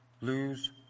lose